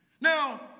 Now